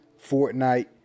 Fortnite